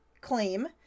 claim